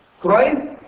Christ